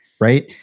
right